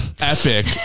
epic